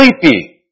sleepy